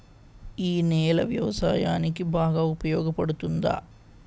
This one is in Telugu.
ఈ నేల వ్యవసాయానికి బాగా ఉపయోగపడుతుందా?